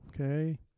Okay